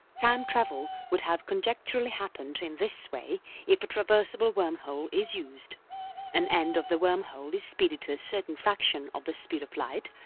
time travel would have conjecturally happened in this way if a traversable wormhole is used an end of the wormhole is speeded to a certain fraction of the speed of light,